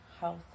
health